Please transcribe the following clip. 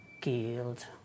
killed